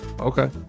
Okay